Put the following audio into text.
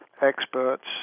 Experts